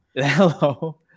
Hello